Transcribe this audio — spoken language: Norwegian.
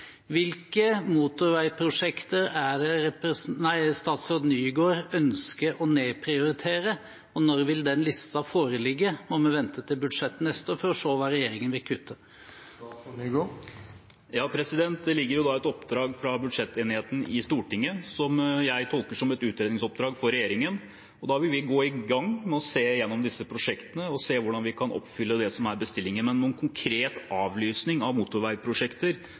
Hvilke motorveiprosjekter er det statsråd Nygård ønsker å nedprioritere, og når vil den listen foreligge? Må vi vente til budsjettet neste år for å se hva regjeringen vil kutte? Det ligger et oppdrag fra budsjettenigheten i Stortinget som jeg tolker som et utredningsoppdrag for regjeringen. Vi vil gå i gang med å se gjennom disse prosjektene og se hvordan vi kan oppfylle det som er bestillingen. Men noen konkret avlysning av motorveiprosjekter